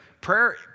prayer